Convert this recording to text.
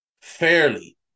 fairly